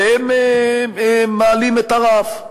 והם מעלים את הרף.